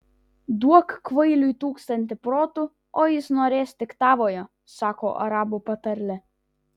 duok kvailiui tūkstantį protų o jis norės tik tavojo sako arabų patarlė